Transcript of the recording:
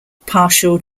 partial